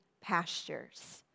pastures